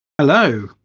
Hello